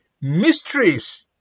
mysteries